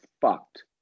fucked